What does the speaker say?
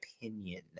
opinion